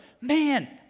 man